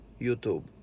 youtube